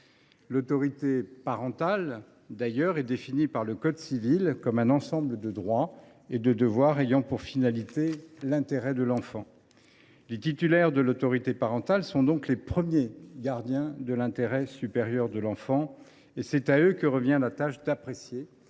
L’autorité parentale est définie par le code civil comme « un ensemble de droits et de devoirs ayant pour finalité l’intérêt de l’enfant ». Ses titulaires sont donc, j’y insiste, les premiers gardiens de l’intérêt supérieur de l’enfant : c’est à eux que revient la tâche d’apprécier,